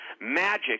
Magic